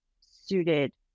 suited